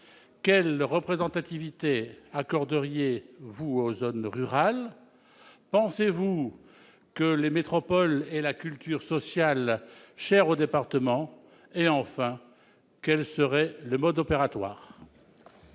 quelle représentativité accorderiez-vous aux zones rurales ? Pensez-vous que les métropoles aient la culture sociale chère aux départements ? Quel serait le mode opératoire ?